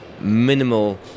minimal